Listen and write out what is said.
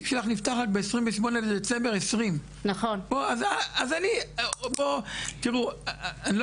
התיק שלך נפתח רק ב-28 בדצמבר 2020. תראו,